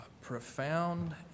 profound